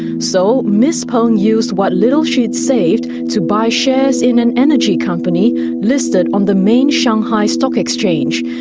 so miss peng used what little she had saved to buy shares in an energy company listed on the main shanghai stock exchange.